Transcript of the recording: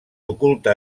oculta